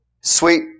sweet